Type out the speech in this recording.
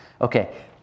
Okay